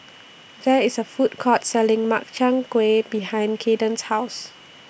There IS A Food Court Selling Makchang Gui behind Kayden's House